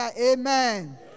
Amen